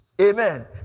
Amen